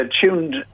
tuned